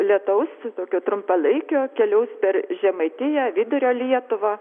lietaus tokio trumpalaikio keliaus per žemaitiją vidurio lietuvą